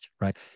right